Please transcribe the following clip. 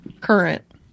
current